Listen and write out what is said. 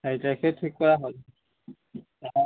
চাৰি তাৰিখেই ঠিক কৰা হ'ল